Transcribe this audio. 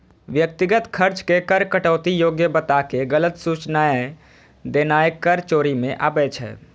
व्यक्तिगत खर्च के कर कटौती योग्य बताके गलत सूचनाय देनाय कर चोरी मे आबै छै